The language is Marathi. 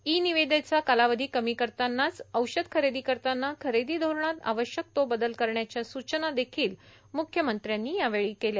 ई निविदेचा कालावधी कमी करतानाच औषध खरेदी करताना खरेदी धोरणात आवश्यक तो बदल करण्याच्या सूचना देखील मुख्यमंत्र्यांनी यावेळी दिल्या